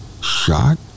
shot